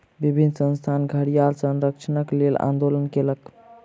विभिन्न संस्थान घड़ियाल संरक्षणक लेल आंदोलन कयलक